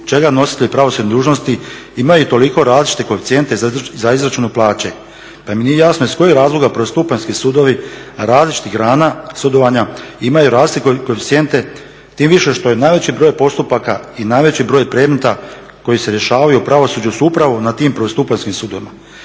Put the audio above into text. čega nositelji pravosudne dužnosti imaju toliko različite koeficijente za izračun plaće, pa mi nije jasno iz kojih razloga prvostupanjski sudovi različitih grana sudovanja imaju različite koeficijente tim više što je najveći broj postupaka i najveći broj predmeta koji se rješavaju u pravosuđu su upravo na tim prvostupanjskim sudovima.